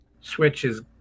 switches